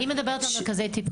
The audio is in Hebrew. היא מדברת על מרכזי טיפול.